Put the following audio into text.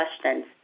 questions